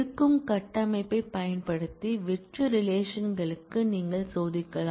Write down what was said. இருக்கும் கட்டமைப்பைப் பயன்படுத்தி வெற்று ரிலேஷன்களுக்கு நீங்கள் சோதிக்கலாம்